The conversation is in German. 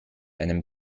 einem